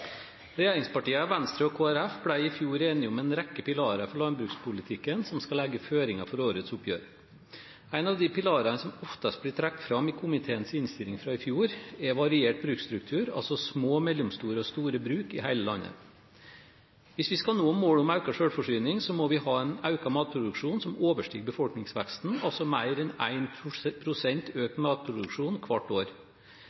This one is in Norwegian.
Venstre og Kristelig Folkeparti ble i fjor enige om en rekke pilarer i landbrukspolitikken som skal legge føringer for årets oppgjør. En av de pilarene som oftest blir trukket fram i komiteens innstilling fra i fjor, er variert bruksstruktur, altså små, mellomstore og store bruk i hele landet. Hvis vi skal nå målet om økt selvforsyning, må vi ha en matproduksjon som overstiger befolkningsveksten, altså mer enn 1 pst. økning i matproduksjonen hvert år.